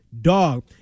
dog